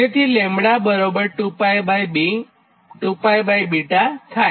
જેથી λ 2π થાય